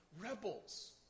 rebels